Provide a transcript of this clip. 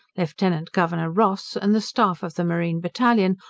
lieutenant governor ross, and the staff of the marine battalion,